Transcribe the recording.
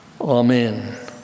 Amen